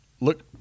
Look